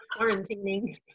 quarantining